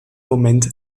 moment